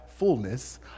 fullness